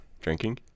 Drinking